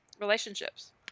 relationships